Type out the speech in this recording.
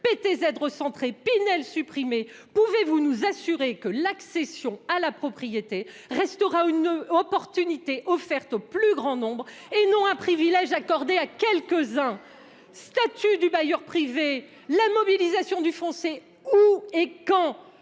PTZ recentré, Pinel supprimé ... Pouvez-vous nous assurer que l'accession à la propriété restera une opportunité offerte au plus grand nombre et non un privilège accordé à quelques-uns ? du statut du bailleur privé ? Où et quand